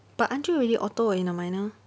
but aren't you already auto in the minor